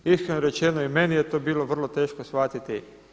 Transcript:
Iskreno rečeno i meni je to bilo vrlo teško shvatiti.